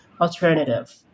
alternative